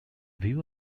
view